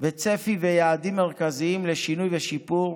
וצפי ויעדים מרכזיים לשינוי ושיפור